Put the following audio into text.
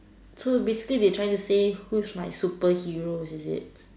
so basically they trying to say who is like superhero is it